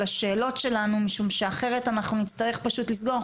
השאלות שלנו משום שאחרת אנחנו נצטרך פשוט לסגור,